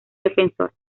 defensor